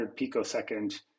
picosecond